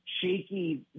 shaky